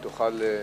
כדי שתוכל להצביע,